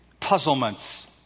Puzzlements